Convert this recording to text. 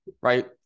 right